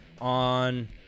on